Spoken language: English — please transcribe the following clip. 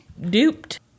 duped